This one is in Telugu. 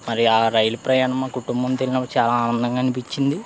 మరి ఆ రైలు ప్రయాణం మా కుటుంబంతో వెళ్ళినప్పుడు చాలా ఆనందంగా అనిపించింది